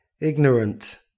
Ignorant